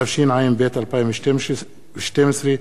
התשע"ב 2012,